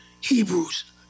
Hebrews